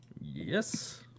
Yes